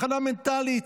הכנה מנטלית,